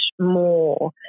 more